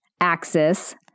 axis